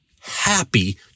happy